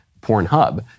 PornHub